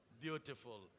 Beautiful